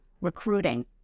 recruiting